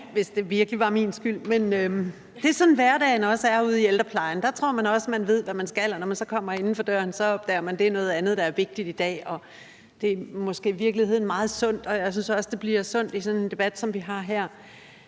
hvis det altså virkelig var min skyld. Men det er sådan, hverdagen også er ude i ældreplejen, der tror man også, at man ved, hvad man skal, men når man så kommer inden for døren, opdager man, det er noget andet, der er vigtigt i dag. Det er måske i virkeligheden meget sundt, og jeg synes også, det bliver sundt i sådan en debat, som vi har her.